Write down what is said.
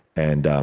and